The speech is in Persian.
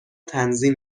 تنظیم